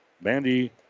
Mandy